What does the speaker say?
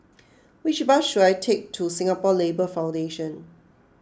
which bus should I take to Singapore Labour Foundation